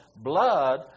blood